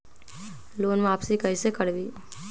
Loan वापसी कैसे करबी?